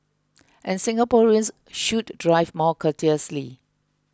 and Singaporeans should drive more courteously